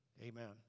Amen